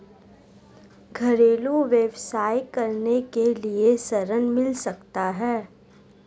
घरेलू व्यवसाय करने के लिए ऋण मिल सकता है?